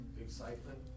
excitement